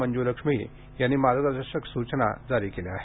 मंजूलक्ष्मी यांनी मार्गदर्शक सूचना दिल्या आहेत